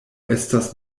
estas